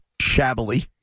shabbily